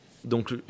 Donc